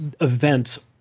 events